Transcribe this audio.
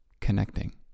connecting